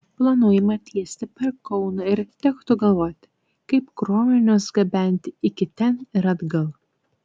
planuojama tiesti per kauną ir tektų galvoti kaip krovinius gabenti iki ten ir atgal